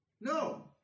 No